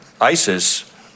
ISIS